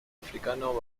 africano